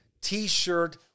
T-shirt